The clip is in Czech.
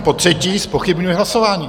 Potřetí, zpochybňuji hlasování.